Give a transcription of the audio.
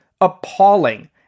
appalling